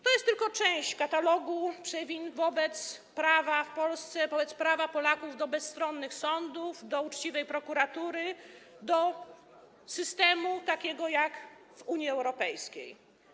To jest tylko część katalogu przewin wobec prawa w Polsce, wobec prawa Polaków do bezstronnych sądów, do uczciwej prokuratury, do systemu takiego jak w Unii Europejskiej.